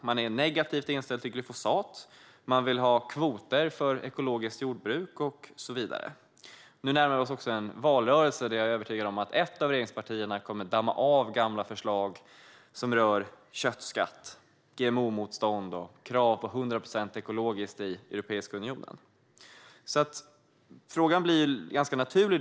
Man är negativt inställd till glyfosat, man vill ha kvoter för ekologiskt jordbruk och så vidare. Nu närmar vi oss också en valrörelse, och jag är övertygad om att ett av regeringspartierna kommer att damma av gamla förslag om köttskatt, GMO-motstånd och krav på 100 procent ekologiskt i Europeiska unionen. Frågan blir då ganska naturlig.